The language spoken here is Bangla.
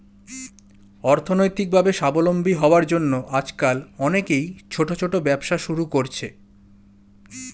অর্থনৈতিকভাবে স্বাবলম্বী হওয়ার জন্য আজকাল অনেকেই ছোট ছোট ব্যবসা শুরু করছে